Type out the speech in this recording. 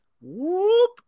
whoop